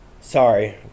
Sorry